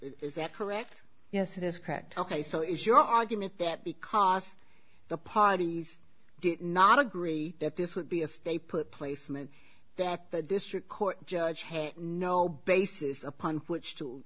is that correct yes it is cracked ok so is your argument that because the parties did not agree that this would be a stay put placement that the district court judge had no basis upon which to